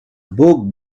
book